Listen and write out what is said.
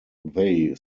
they